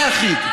והוא לא היחיד.